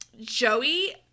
Joey